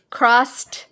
crossed